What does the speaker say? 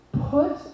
put